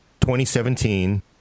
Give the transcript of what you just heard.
2017